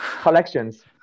collections